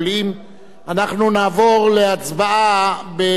אנחנו נעבור להצבעה בקריאה שנייה,